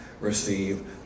receive